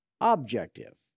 objective